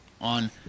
on